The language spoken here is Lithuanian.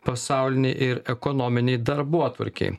pasaulinei ir ekonominei darbotvarkei